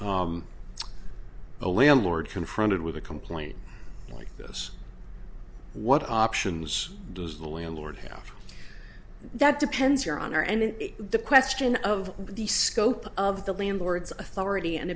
a landlord confronted with a complaint like this what options does the landlord have that depends your honor and the question of the scope of the landlord's authority and